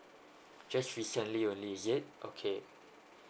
just recently only is it okay